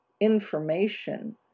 information